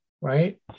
right